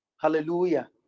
Hallelujah